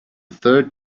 third